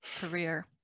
career